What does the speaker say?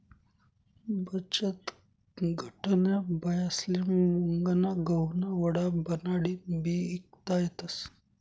बचतगटन्या बायास्ले मुंगना गहुना वडा बनाडीन बी ईकता येतस